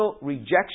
rejection